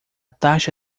taxa